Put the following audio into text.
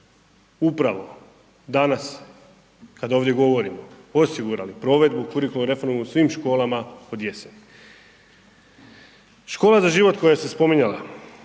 upravo danas, kada ovdje govorimo osigurali provedbu kurikularne reforme u svim školama od jeseni. Škola za život koja se spominjala,